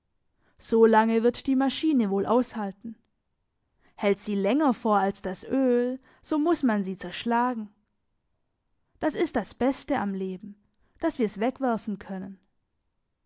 lange wird die maschine wohl aushalten hält sie länger vor als das öl so muss man sie zerschlagen das ist das beste am leben dass wir's wegwerfen können